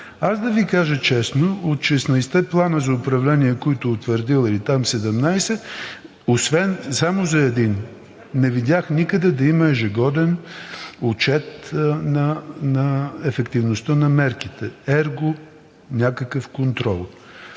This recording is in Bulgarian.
Аз да Ви кажа честно, от 16-те плана за управление или 17, които е утвърдил, само за един не видях никъде да има ежегоден отчет на ефективността на мерките, ерго някакъв контрол.